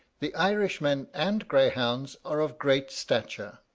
the irishmen and greyhounds are of great stature